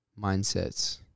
mindsets